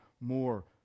more